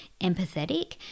empathetic